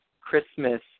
Christmas